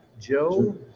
joe